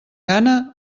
gana